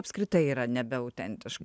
apskritai yra nebeautentiška